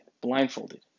blindfolded